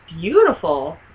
beautiful